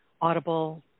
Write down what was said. Audible